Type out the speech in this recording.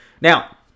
Now